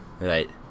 Right